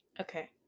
Okay